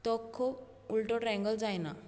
तो खूब उल्टो ट्राऐंगगल जायना